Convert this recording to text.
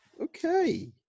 Okay